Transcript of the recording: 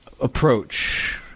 approach